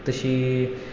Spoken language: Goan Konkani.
तशी